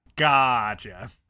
Gotcha